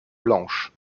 blanche